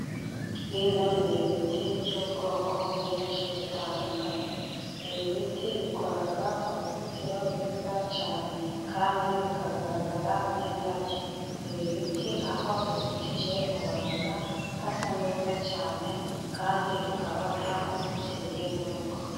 Bino ni ibiti by'ubwoko bwinshi butandukanye, ibi biti bikora uruzitiro rwiza cyane, kandi bikagaragara nk'indabo. Ibi biti aho bizitije ubona hasa neza cyane, kandi bikaba byakuzitiriye n'urugo.